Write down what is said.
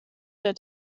der